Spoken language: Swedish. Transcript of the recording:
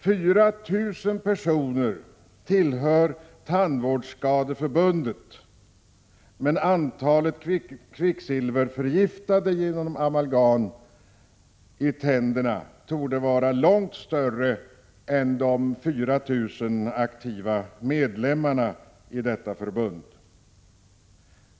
4 000 personer tillhör Tandvårdsskadeförbundet, men antalet kvicksilverförgiftade genom amalgam i tänderna torde vara långt större än de 4 000 aktiva medlemmarna i förbundet.